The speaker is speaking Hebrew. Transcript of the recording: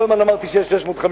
כל הזמן אמרתי שיש 650,000,